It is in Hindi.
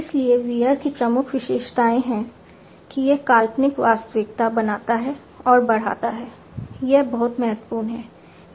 इसलिए VR की प्रमुख विशेषताएं हैं कि यह काल्पनिक वास्तविकता बनाता है और बढ़ाता है यह बहुत महत्वपूर्ण है